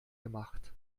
gemacht